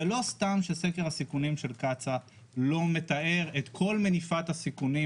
זה לא סתם שסקר הסיכונים של קצא"א לא מתאר את כל מניפת הסיכונים,